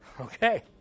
Okay